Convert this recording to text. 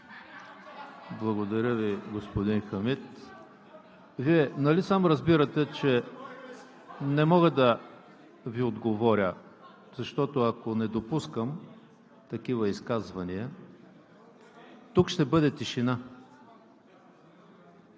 Благодаря Ви, господин Хамид. (Шум и реплики.) Вие нали сам разбирате, че не мога да Ви отговоря, защото, ако не допускам такива изказвания, тук ще бъде тишина.